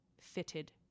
fitted